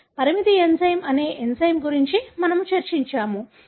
కాబట్టి పరిమితి ఎంజైమ్ అనే ఎంజైమ్ గురించి మనము చర్చించాము